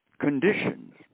conditions